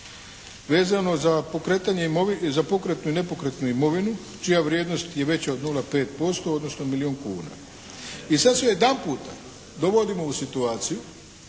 vezano za pokretnu i nepokretnu imovinu čija vrijednost je veća od 0,5% odnosno milijun kuna. I sad se odjedanputa dovodimo u situaciju…